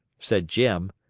said jim.